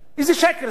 איזה שקר זה.